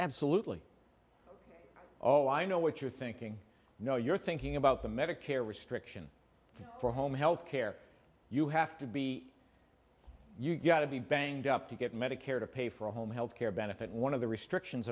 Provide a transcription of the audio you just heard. absolutely oh i know what you're thinking no you're thinking about the medicare restriction for home health care you have to be you've got to be banged up to get medicare to pay for a home health care benefit one of the restrictions